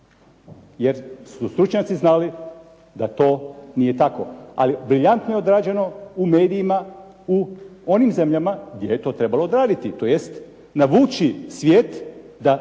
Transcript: jer su stručnjaci znali da on nije tako. Ali briljantno je odrađeno u medijima, u onim zemljama gdje je to trebalo odraditi, tj. navući svijet da